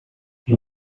you